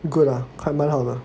good ah quite 蛮好的